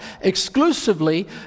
exclusively